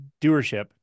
doership